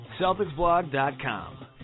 Celticsblog.com